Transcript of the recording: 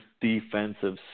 defensive